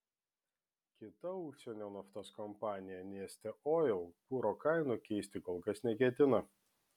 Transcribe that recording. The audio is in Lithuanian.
kita užsienio naftos kompanija neste oil kuro kainų keisti kol kas neketina